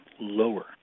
lower